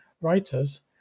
writers